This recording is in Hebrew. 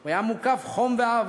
הוא היה מוקף חום ואהבה.